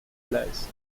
allies